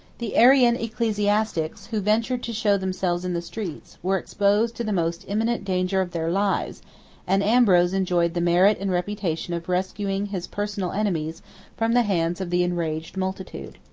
the arian ecclesiastics, who ventured to show themselves in the streets, were exposed to the most imminent danger of their lives and ambrose enjoyed the merit and reputation of rescuing his personal enemies from the hands of the enraged multitude.